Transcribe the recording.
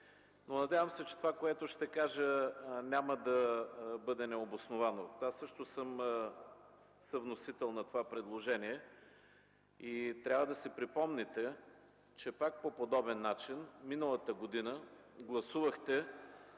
се надявам, че това, което ще кажа, няма да бъде необосновано. Аз също съм съвносител на това предложение и трябва да си припомните, че пак по подобен начин миналата година гласувахте